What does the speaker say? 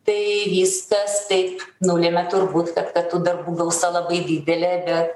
tai viskas taip nulėmė turbūt kad tų darbų gausa labai didelė bet